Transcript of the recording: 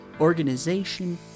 organization